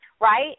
right